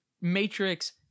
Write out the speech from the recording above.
Matrix